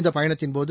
இந்த பயணத்தின்போது